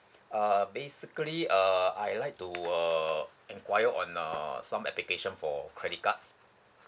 err basically err I like to err inquire on err some application for credit cards